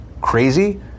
crazy